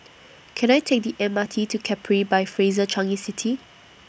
Can I Take The M R T to Capri By Fraser Changi City